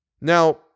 Now